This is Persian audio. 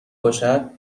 باشد